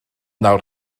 nawr